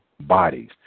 bodies